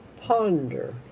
ponder